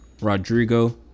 Rodrigo